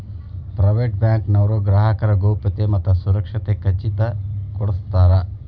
private bank ನವರು ಗ್ರಾಹಕರ ಗೌಪ್ಯತೆ ಮತ್ತ ಸುರಕ್ಷತೆ ಖಚಿತ ಕೊಡ್ಸತಾರ